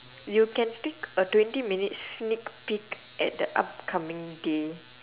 you can take a twenty minute sneak peek at the upcoming day